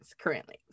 currently